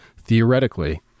theoretically